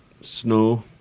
Snow